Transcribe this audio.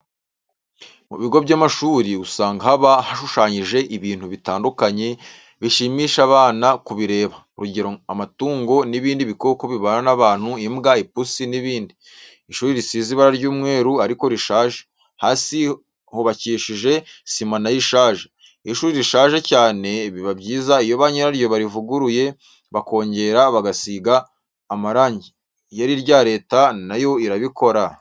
Mu bigo by'amashuri usanga haba hashushanyije ibintu bitandukanye bishimisha abana kubireba, urugero amatungo, nibindi bikoko bibana n'abantu imbwa, ipusi, n'ibindi. Ishuri risize ibara ry'umweru ariko rishaje, hasi hubakishije sima nayo ishaje. Iyo ishuri rishaje cyane biba byiza iyo banyiraryo barivuguruye bakongera bagasiga amarangi. Iyo ari irya leta nayo irabikora.